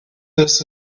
this